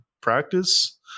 practice